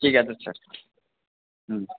ঠিক আছে হুম